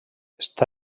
està